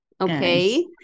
Okay